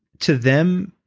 to them,